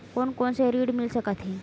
कोन कोन से ऋण मिल सकत हे?